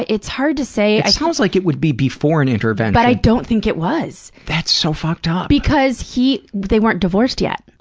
it's hard to say. it sounds like it would be before an intervention. but i don't think it was! that's so fucked-up. because he they weren't divorced yet.